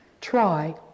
try